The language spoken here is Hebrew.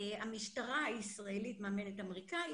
המשטרה הישראלית מאמנת את האמריקאים.